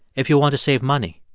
if you want to save money?